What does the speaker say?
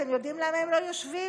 אתם יודעים למה הם לא יושבים?